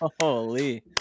Holy